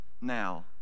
now